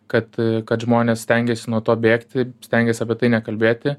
kad kad žmonės stengiasi nuo to bėgti stengias apie tai nekalbėti